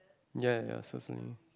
ya ya ya certainly